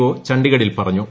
O ചണ്ഡിഗഢിൽ പറഞ്ഞു